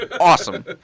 awesome